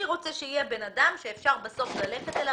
הוא רוצה שיהיה בן אדם שאפשר בסוף ללכת אליו